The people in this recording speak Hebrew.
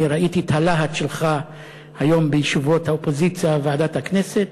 אני ראיתי את הלהט שלך היום בישיבות האופוזיציה בוועדת הכנסת.